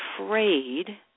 afraid